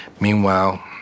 meanwhile